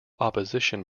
opposition